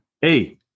hey